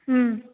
ம்